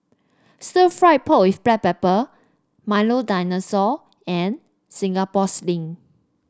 stir fry pork with Black Pepper Milo Dinosaur and Singapore Sling